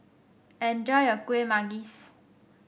enjoy your Kueh Manggis